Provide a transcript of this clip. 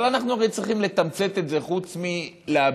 אבל אנחנו הרי צריכים לתמצת את זה חוץ מלהביע.